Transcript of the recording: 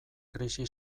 krisi